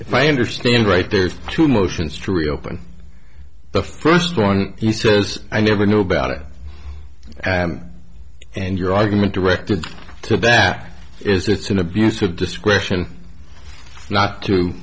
if i understand right there's two motions to reopen the first one he says i never knew about it and your argument directed to that is it's an abuse of discretion not to